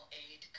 aid